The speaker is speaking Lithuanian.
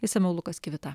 išsamiau lukas kivita